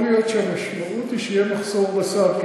יכול להיות שהמשמעות היא שיהיה מחסור בבשר,